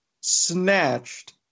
snatched